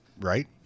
right